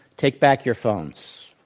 take back your phones.